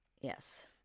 Yes